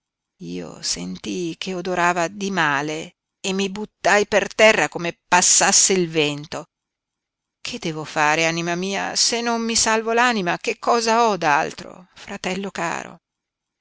volta io sentii che odorava di male e mi buttai per terra come passasse il vento che devo fare anima mia se non mi salvo l'anima che cosa ho d'altro fratello caro